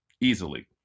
easily